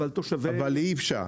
אבל אי אפשר.